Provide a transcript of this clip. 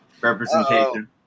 representation